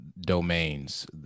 domains